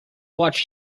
watched